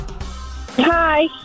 Hi